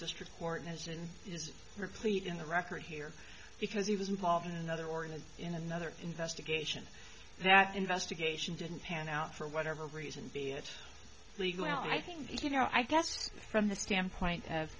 district court has and is replete in the record here because he was involved in another war and in another investigation that investigation didn't pan out for whatever reason be it legal i think you know i guess from the standpoint of